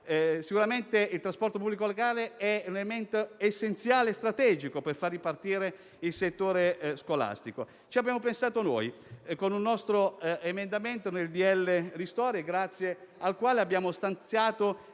Sicuramente il trasporto pubblico locale è un elemento essenziale, strategico per far ripartire il settore scolastico. Ci abbiamo pensato noi con un nostro emendamento nel decreto-legge ristori, grazie al quale abbiamo stanziato